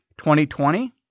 2020